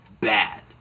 bad